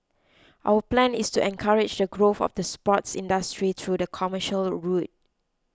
our plan is to encourage the growth of the sports industry through the commercial route